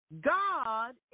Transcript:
God